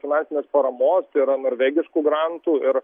finansinės paramos yra norvegiškų grantų ir